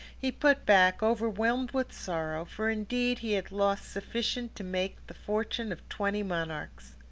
he put back, overwhelmed with sorrow, for indeed he had lost sufficient to make the fortune of twenty monarchs.